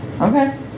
Okay